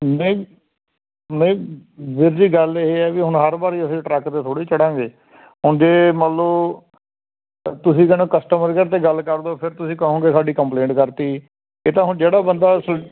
ਨਹੀਂ ਨਹੀਂ ਵੀਰ ਜੀ ਗੱਲ ਇਹ ਹੈ ਵੀ ਹੁਣ ਹਰ ਵਾਰ ਅਸੀਂ ਟਰੱਕ 'ਤੇ ਥੋੜ੍ਹੇ ਚੜਾਂਗੇ ਹੁਣ ਜੇ ਮੰਨ ਲਓ ਤੁਸੀਂ ਕਹਿਣਾ ਕਸਟਮਰ ਕੇਅਰ 'ਤੇ ਗੱਲ ਕਰ ਲਓ ਫਿਰ ਤੁਸੀਂ ਕਹੋਗੇ ਸਾਡੀ ਕੰਪਲੇਂਟ ਕਰਤੀ ਇਹ ਤਾਂ ਹੁਣ ਜਿਹੜਾ ਬੰਦਾ ਸਿਲੰਡਰ